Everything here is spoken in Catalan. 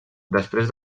després